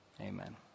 Amen